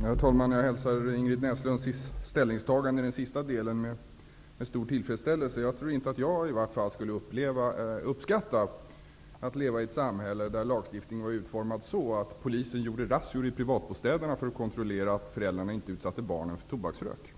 Herr talman! Jag hälsar Ingrid Näslunds ställningstagande, i den avslutande delen, med stor tillfredsställelse. Jag skulle åtminstone inte uppskatta att leva i ett samhälle där lagstiftningen var utformad så att polisen kunde göra razzior i privatbostäder för att kontrollera att föräldrar inte utsätter barn för tobaksrök.